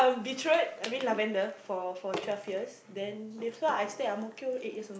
Beach Road I mean Lavender for for twelve years then leave also I stay Ang-Mo-Kio eight years